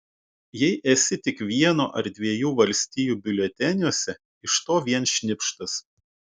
jei esi tik vieno ar dviejų valstijų biuleteniuose iš to vien šnipštas